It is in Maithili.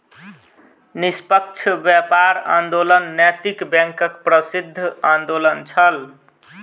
निष्पक्ष व्यापार आंदोलन नैतिक बैंकक प्रसिद्ध आंदोलन छल